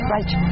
Right